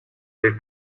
del